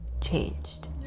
changed